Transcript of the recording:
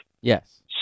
Yes